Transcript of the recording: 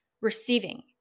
Receiving